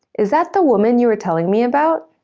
is that the woman you were telling me about?